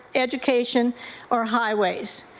education or highways.